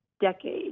decade